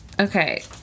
Okay